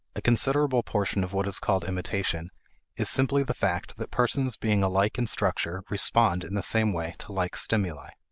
a considerable portion of what is called imitation is simply the fact that persons being alike in structure respond in the same way to like stimuli.